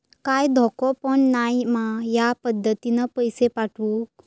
काय धोको पन नाय मा ह्या पद्धतीनं पैसे पाठउक?